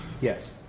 Yes